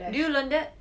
do you learn that